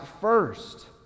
first